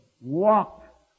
walk